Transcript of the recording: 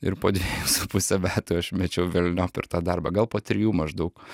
ir po dviejų su puse metų aš mečiau velniop ir tą darbą gal po trijų maždaug